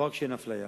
לא רק שאין אפליה,